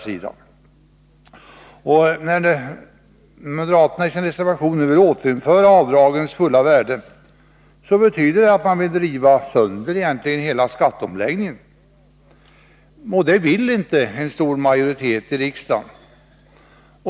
När nu moderaterna i reservation 1 vill återinföra avdragens fulla värde, betyder det att de egentligen vill riva sönder hela skatteomläggningen. Det vill dock inte en stor majoritet av riksdagen.